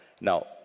Now